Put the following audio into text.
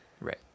right